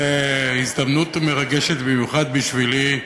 זה הזדמנות מרגשת במיוחד בשבילי,